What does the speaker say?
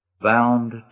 bound